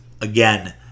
again